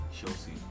Chelsea